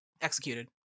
Executed